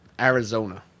Arizona